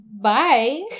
Bye